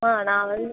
மா நான் வந்து